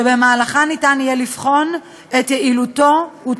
ובמהלכן יהיה אפשר לבחון את יעילותו ואת